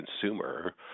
consumer